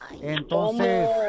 Entonces